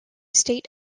state